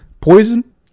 Poison